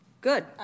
Good